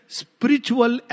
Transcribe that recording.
spiritual